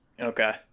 Okay